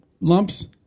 lumps